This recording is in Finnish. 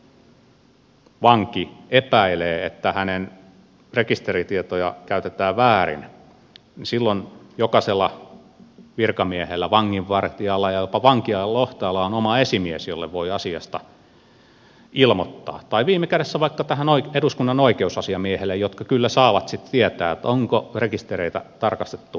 jos vanki epäilee että hänen rekisteritietojaan käytetään väärin niin silloin jokaisella virkamiehellä vanginvartijalla ja jopa vankilan johtajalla on oma esimies jolle voi asiasta ilmoittaa tai viime kädessä vaikka tänne eduskunnan oikeusasiamiehelle ja he kyllä saavat sitten tietää onko rekistereitä tarkastettu asiattomasti vai ei